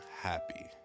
happy